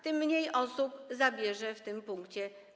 tym mniej osób zabierze głos w tym punkcie.